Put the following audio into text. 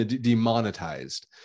Demonetized